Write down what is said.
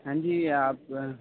ہاں جی آپ